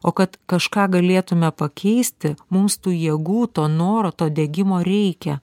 o kad kažką galėtume pakeisti mums tų jėgų to noro to degimo reikia